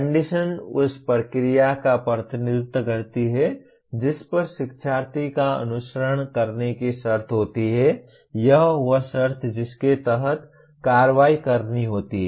condition उस प्रक्रिया का प्रतिनिधित्व करती है जिस पर शिक्षार्थी का अनुसरण करने की शर्त होती है या वह शर्त जिसके तहत कार्रवाई करनी होती है